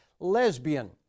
lesbian